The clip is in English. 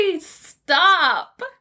stop